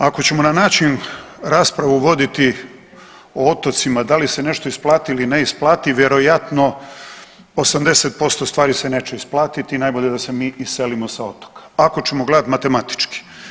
Ako ćemo na način raspravu voditi o otocima da li se nešto isplati ili ne isplati vjerojatno 80% stvari se neće isplatiti i najbolje da se mi iselimo sa otoka ako ćemo gledati matematički.